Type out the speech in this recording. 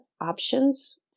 options